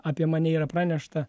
apie mane yra pranešta